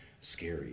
scary